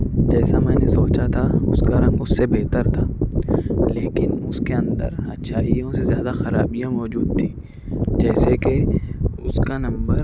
جیسا میں نے سوچا تھا اُس کا رنگ اُس سے بہتر تھا لیکن اُس کے اندر اچھائیوں سے زیادہ خرابیاں موجود تھیں جیسے کہ اُس کا نمبر